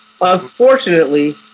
Unfortunately